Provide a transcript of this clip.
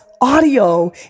audio